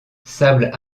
sables